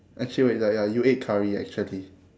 actually wait ya ya you ate curry actually